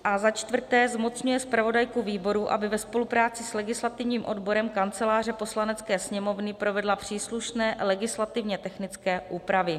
IV. zmocňuje zpravodajku výboru, aby ve spolupráci s legislativním odborem Kanceláře Poslanecké sněmovny provedla příslušné legislativně technické úpravy.